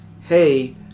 hey